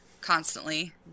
Constantly